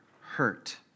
hurt